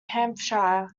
hampshire